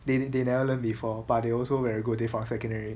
they they never learn before but they also very good they are from secondary